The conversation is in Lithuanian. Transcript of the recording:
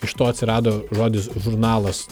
iš to atsirado žodis žurnalas